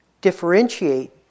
differentiate